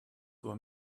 were